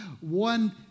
one